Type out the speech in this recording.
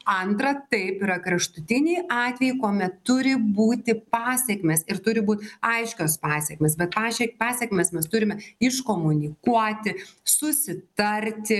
antra taip yra kraštutiniai atvejai kuomet turi būti pasekmės ir turi būt aiškios pasekmės bet pažiui pasekmes mes turime iškomunikuoti susitarti